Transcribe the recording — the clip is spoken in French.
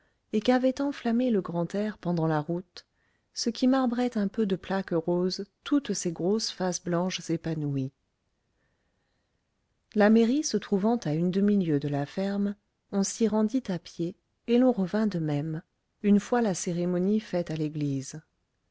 et qu'avait enflammées le grand air pendant la route ce qui marbrait un peu de plaques roses toutes ces grosses faces blanches épanouies la mairie se trouvant à une demi-lieue de la ferme on s'y rendit à pied et l'on revint de même une fois la cérémonie faite à l'église